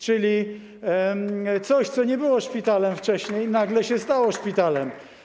Czyli coś, co nie było szpitalem wcześniej, nagle się stało szpitalem.